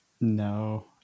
No